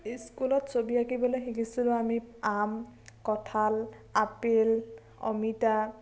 ইস্কুলত ছৰি আঁকিবলে শিকিছিলোঁ আমি আম কঁঠাল আপেল অমিতা